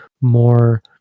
more